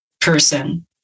person